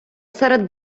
серед